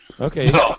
Okay